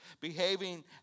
behaving